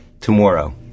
tomorrow